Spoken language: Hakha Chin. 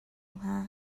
hnga